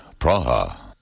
Praha